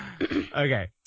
okay